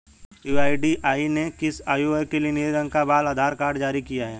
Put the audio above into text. UIDAI ने किस आयु वर्ग के लिए नीले रंग का बाल आधार कार्ड जारी किया है?